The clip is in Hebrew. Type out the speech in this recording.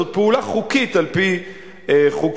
זאת פעולה חוקית על-פי חוקי